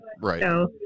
Right